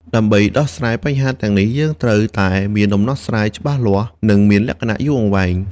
ដើម្បីដោះស្រាយបញ្ហាទាំងនេះ យើងត្រូវតែមានដំណោះស្រាយច្បាស់លាស់និងមានលក្ខណៈយូរអង្វែង។